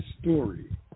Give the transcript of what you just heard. Story